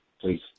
please